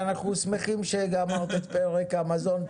אנחנו שמחים שגמרת את פרק המזון.